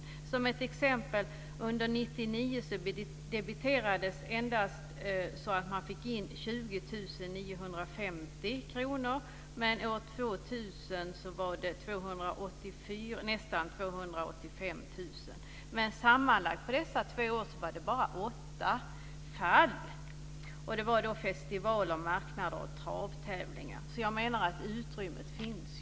Under 1999 debiterades t.ex. endast 20 950 kr, och under 2000 nästan 285 000 kr. Men sammanlagt under dessa tre år var det bara åtta fall. Det var festivaler, marknader och travtävlingar, så jag menar att utrymmet finns.